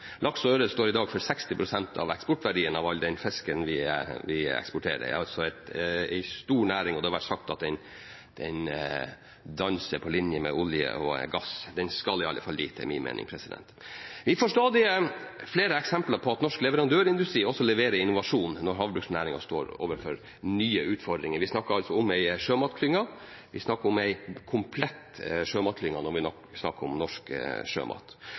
Laks og ørret står i dag for 60 pst. av eksportverdien av all den fisken vi eksporterer. Det er altså en stor næring, og det har vært sagt at den danser på linje med olje og gass. Den skal i alle fall dit, er min mening. Vi får stadig flere eksempler på at norsk leverandørindustri også leverer innovasjon når havbruksnæringen står overfor nye utfordringer. Vi snakker altså om en komplett sjømatklynge når vi snakker om norsk sjømat.